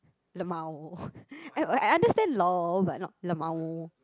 lmao I I understand lol but not lmao